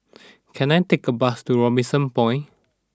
can I take a bus to Robinson Point